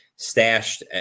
stashed